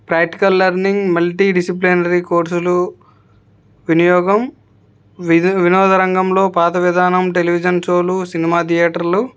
practical learning multidisciplinary కోర్సులు వినియోగం వినోద రంగంలో పాత విధానం టెలివిజన్ షోలు సినిమా థియేటర్లు